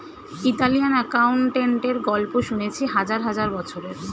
Italian অ্যাকাউন্টেন্টের গল্প শুনেছি হাজার হাজার বছরের